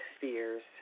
fears